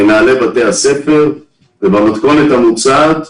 מנהלי בתי הספר במתכונת המוצעת,